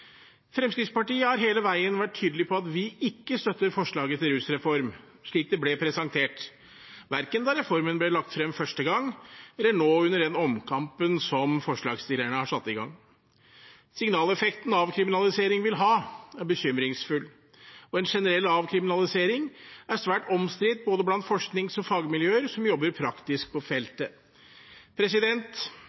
Fremskrittspartiet har hele veien vært tydelig på at vi ikke støtter forslaget til rusreform slik det ble presentert, verken da reformen ble lagt frem første gang, eller nå, under den omkampen som forslagsstillerne har satt i gang. Den signaleffekten en avkriminalisering vil ha, er bekymringsfull, og en generell avkriminalisering er svært omstridt både blant forsknings- og fagmiljøer som jobber praktisk på feltet.